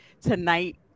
tonight